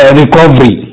recovery